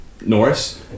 Norris